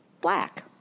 black